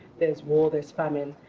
there's war, there's famine.